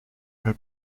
her